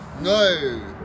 no